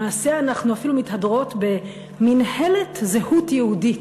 למעשה, אנחנו אפילו מתהדרות ב"מינהלת זהות יהודית"